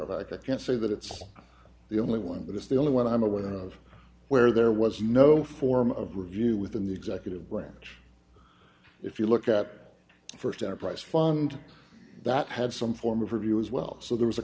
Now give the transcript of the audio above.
of i can't say that it's the only one but it's the only one i'm aware of where there was no form of review within the executive branch if you look at the st enterprise fund that had some form of review as well so there was a